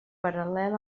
paral·lel